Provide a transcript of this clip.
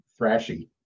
thrashy